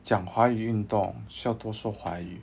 讲华语运动需要多说华语